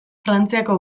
frantziako